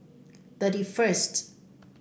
thirty first